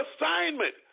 assignment